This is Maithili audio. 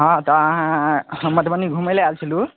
हँ तऽ अहाँ मधुबनी घुमय लए आयल छलहुॅं